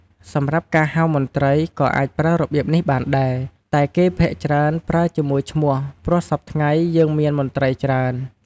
សម្រាប់ការហៅមន្រ្តីក៏អាចប្រើរបៀបនេះបានដែល តែគេភាគច្រើនប្រើជាមួយឈ្មោះព្រោះសព្វថ្ងៃយើងមានមន្រ្តីច្រើន។